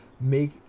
make